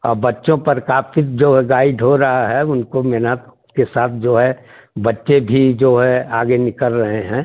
अब बच्चों पर काफी जो गाइड हो रहा है उनको मेहनत के साथ जो है बच्चे भी जो है आगे निकल रहे हैं